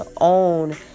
own